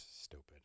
Stupid